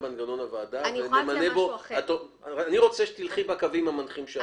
אני רוצה שתלכי בקווים המנחים שאמרתי.